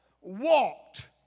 walked